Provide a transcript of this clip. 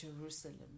Jerusalem